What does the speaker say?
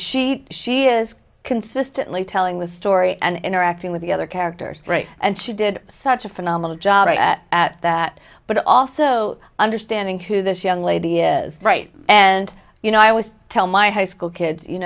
she she is consistently telling the story and interacting with the other care great and she did such a phenomenal job at that but also understanding who this young lady is right and you know i was telling my high school kids you